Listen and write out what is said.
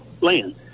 land